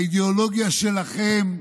האידיאולוגיה שלכם,